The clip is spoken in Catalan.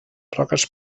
roques